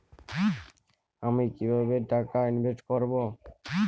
আমি কিভাবে টাকা ইনভেস্ট করব?